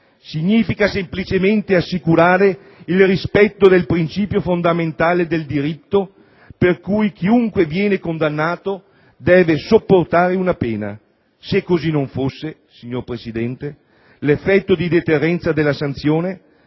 significa semplicemente assicurare il rispetto del principio fondamentale del diritto per cui chiunque viene condannato deve sopportare una pena. Se così non fosse, signor Presidente, l'effetto di deterrenza della sanzione